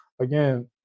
again